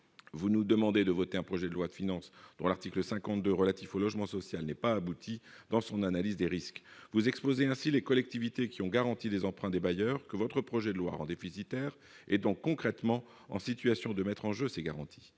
vous nous demandez de voter un projet de loi de finances pour l'article 52 relatifs au logement social n'ait pas abouti dans son analyse des risques vous exposer ainsi les collectivités qui ont garanti les emprunts des bailleurs que votre projet de loi rend déficitaire et donc concrètement en situation de mettre en jeu, c'est garanti,